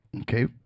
Okay